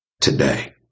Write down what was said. today